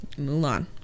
Mulan